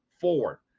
four